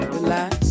Relax